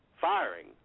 firing